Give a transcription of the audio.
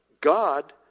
God